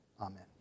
amen